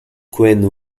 quinn